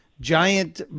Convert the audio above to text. giant